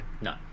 No